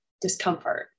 discomfort